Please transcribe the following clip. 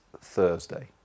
Thursday